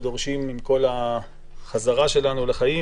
עם כל החזרה שלנו לחיים,